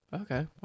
Okay